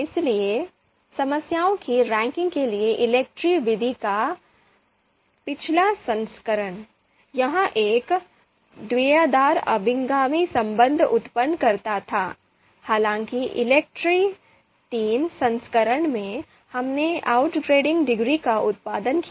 इसलिए समस्याओं की रैंकिंग के लिए ELECTRE विधि का पिछला संस्करण यह एक द्विआधारी अभिगामी संबंध उत्पन्न करता था हालाँकि ELECTRE III संस्करण में हमने आउटग्रेडिंग डिग्री का उत्पादन किया